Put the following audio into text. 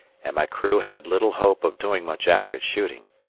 and my crew had little hope of doing much accurate shooting,